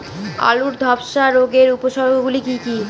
আলুর ধ্বসা রোগের উপসর্গগুলি কি কি?